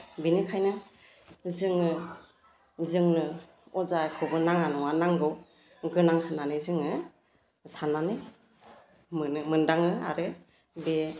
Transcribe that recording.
बेनिखायनो जोङो जोंनो अजाखौबो नाङा नङा नांगौ गोनां होननानै जोङो साननानै मोनो मोनदाङो आरो बे